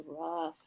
rough